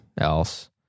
else